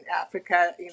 Africa